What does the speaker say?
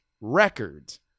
records